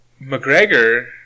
McGregor